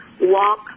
walk